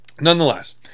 Nonetheless